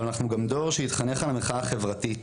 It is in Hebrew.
אבל אנחנו גם דור שהתחנך על המחאה החברתית,